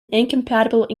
incompatible